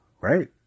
Right